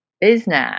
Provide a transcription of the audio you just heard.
business